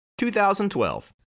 2012